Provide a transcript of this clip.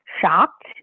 shocked